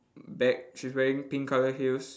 bag she's wearing pink colour heels